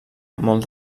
molt